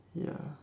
ya